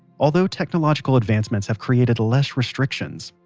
although technological advancements have created less restrictions,